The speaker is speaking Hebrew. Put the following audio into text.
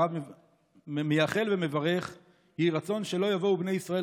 הרב מייחל ומברך: יהי רצון שלא יבואו בני ישראל,